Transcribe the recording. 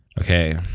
okay